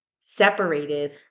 separated